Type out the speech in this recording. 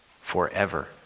forever